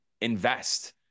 invest